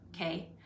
okay